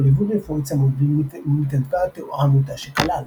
ליווי רפואי צמוד ממתנדבי העמותה שכלל